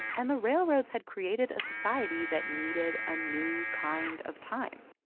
and the railroads had created a society that needed a new kind of time.